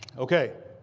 ok.